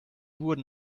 wurden